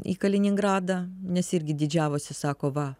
į kaliningradą nes irgi didžiavosi sako va